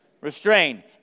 Restrained